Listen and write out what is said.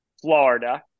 Florida